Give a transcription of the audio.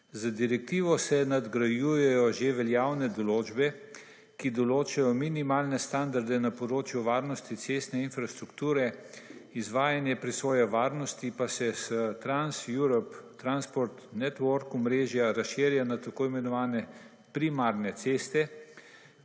Z Direktivo se nadgrajujejo že veljavne določbe, ki določajo minimalne standarde na področju varnosti cestne infrastrukture, izvajanje presoje varnosti pa se s Trans-European Transport Network (TEN-T) omrežja razširja na tako imenovane primarne ceste,